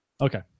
Okay